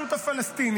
משתמטים,